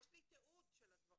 יש לי תיעוד של הדברים.